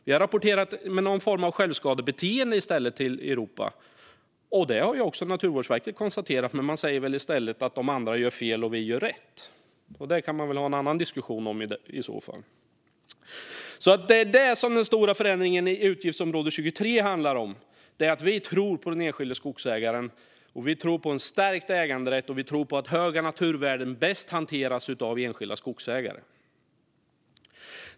Vi har i stället rapporterat med någon form av självskadebeteende till Europa. Det har också Naturvårdsverket konstaterat. Men man säger väl i stället: De andra gör fel, och vi gör rätt. Det kan man i så fall ha en annan diskussion om. Det är detta som den stora förändringen i utgiftsområde 23 handlar om. Vi tror på den enskilde skogsägaren. Vi tror på en stärkt äganderätt, och vi tror på att höga naturvärden hanteras bäst av enskilda skogsägare.